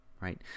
right